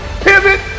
Pivot